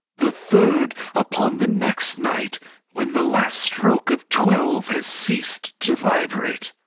the third upon the next night when the last stroke of twelve has ceased to vibrate.